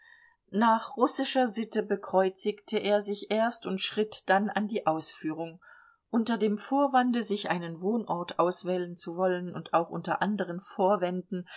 nach russischer sitte bekreuzigte er sich erst und schritt dann an die ausführung unter dem vorwande sich einen wohnort auswählen zu wollen und auch unter anderen vorwänden